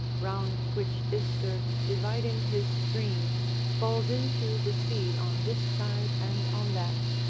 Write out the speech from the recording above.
round which ister, dividing his stream, falls into the sea on this side and on that,